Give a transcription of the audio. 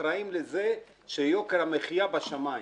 אחראים לזה שיוקר המחיה בשמיים.